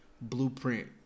blueprint